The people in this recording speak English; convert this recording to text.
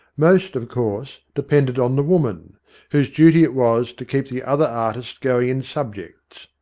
most, of course, depended on the woman whose duty it was to keep the other artist going in subjects.